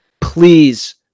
please